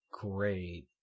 great